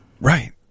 right